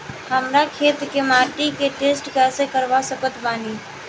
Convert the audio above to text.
हमरा खेत के माटी के टेस्ट कैसे करवा सकत बानी?